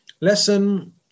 Lesson